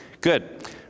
Good